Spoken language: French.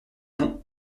nom